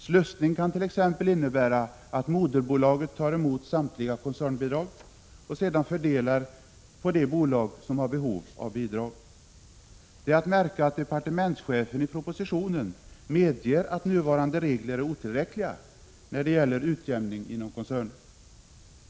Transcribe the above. Slussning kan t.ex. innebära att moderbolaget tar emot samtliga koncernbidrag, som sedan fördelas på de bolag som har behov av bidrag. Det är att märka att departementschefen i propositionen medger att de nuvarande reglerna är otillräckliga när det gäller utjämning inom koncerner.